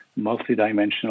multidimensional